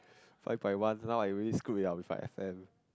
five point one now I already screwed [liao] with my F_M